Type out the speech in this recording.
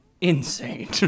insane